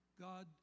God